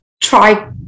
try